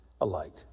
alike